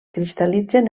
cristal·litzen